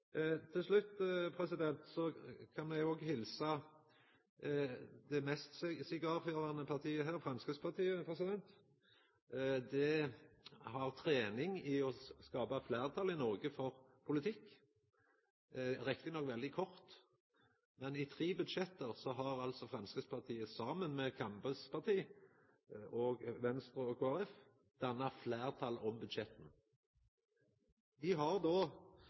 Til slutt kan eg òg helsa til det mest sigarførande partiet her, Framstegspartiet. Dei har trening i å skapa fleirtal i Noreg for politikk – riktignok veldig kort. Men i tre budsjett har altså Framstegspartiet, saman med Kambes parti, Venstre og Kristeleg Folkeparti, danna fleirtal for budsjetta. Framstegspartiet har